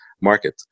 market